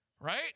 right